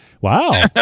Wow